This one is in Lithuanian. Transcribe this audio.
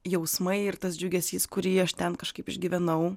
jausmai ir tas džiugesys kurį aš ten kažkaip išgyvenau